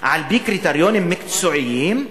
על-פי קריטריונים מקצועיים,